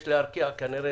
יש לארקיע כנראה